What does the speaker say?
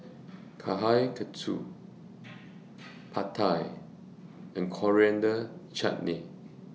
Kushikatsu Pad Thai and Coriander Chutney